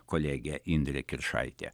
kolegė indrė kiršaitė